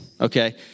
Okay